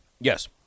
Yes